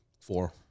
four